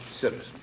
citizen